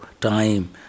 time